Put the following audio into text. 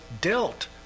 dealt